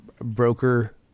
broker